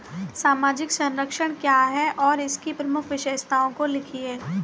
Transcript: सामाजिक संरक्षण क्या है और इसकी प्रमुख विशेषताओं को लिखिए?